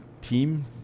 team